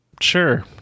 Sure